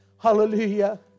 Hallelujah